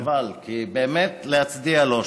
חבל, כי באמת, להצדיע לו.